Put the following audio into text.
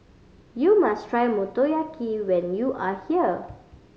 you must try Motoyaki when you are here